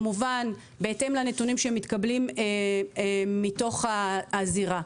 כמובן זה בהתאם לנתונים שמתקבלים מתוך הזירה.